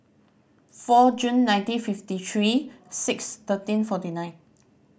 four June nineteen fifty three six thirteen forty nine